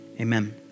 amen